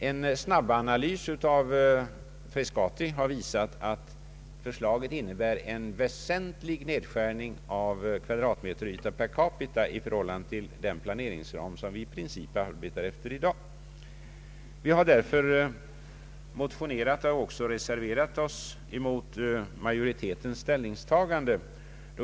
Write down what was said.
En snabbanalys beträffande Frescati har visat att förslaget innebär en väsentlig nedskärning av kvadratmeterytan per capita i förhållande till den planeringsram som vi i princip arbetar efter i dag. Vi har därför motionerat i denna fråga och vid utskottsbehandlingen reserverat oss mot majoritetens ställningstagande.